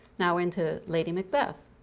now into lady macbeth.